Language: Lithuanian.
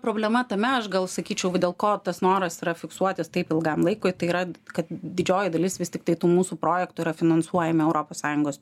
problema tame aš gal sakyčiau dėl ko tas noras yra fiksuotis taip ilgam laikui tai yra kad didžioji dalis vis tiktai tų mūsų projektų yra finansuojami europos sąjungos